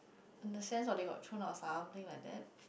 in the sense or they got thrown out or something like that